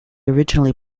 originally